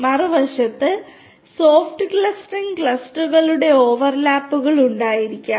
മറുവശത്ത് സോഫ്റ്റ് ക്ലസ്റ്ററിംഗിന് ക്ലസ്റ്ററുകളുടെ ഓവർലാപ്പുകൾ ഉണ്ടായിരിക്കാം